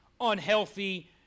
unhealthy